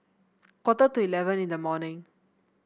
quarter to eleven in the morning